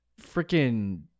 freaking